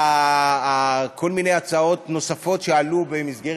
וכל מיני הצעות נוספות שעלו במסגרת